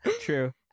true